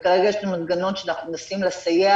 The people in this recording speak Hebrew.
וכרגע יש לנו מנגנון שאנחנו מנסים לסייע